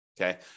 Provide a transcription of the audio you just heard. Okay